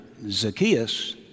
Zacchaeus